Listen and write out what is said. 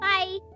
Bye